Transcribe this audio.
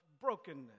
brokenness